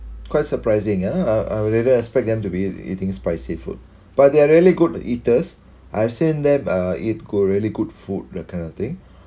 quite surprising ah I would really expect them to be eat eating spicy food but they are really good with eaters I've seen them uh eat good really good food that kind of thing